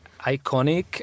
iconic